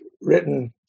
written